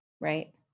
right